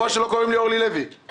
חבל שלא קוראים לי אורלי לוי...